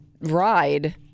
ride